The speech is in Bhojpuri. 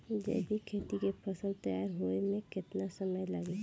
जैविक खेती के फसल तैयार होए मे केतना समय लागी?